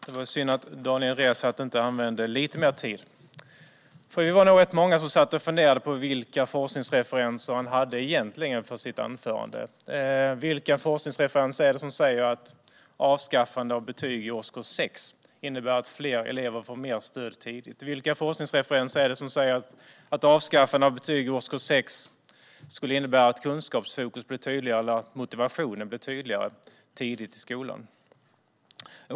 Herr talman! Det var synd att Daniel Riazat inte använde lite mer tid, för vi var nog rätt många som funderade på vilka forskningsreferenser det egentligen var som han hade i sitt anförande. Vilka forskningsreferenser är det som säger att avskaffande av betyg i årskurs 6 skulle innebära att fler elever får mer stöd tidigt? Vilka forskningsreferenser är det som säger att avskaffande av betyg i årskurs 6 skulle innebära att kunskapsfokus blir tydligare eller att motivationen blir större tidigt i skolan?